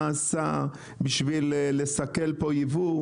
מה עשה בשביל לסכל פה ייבוא,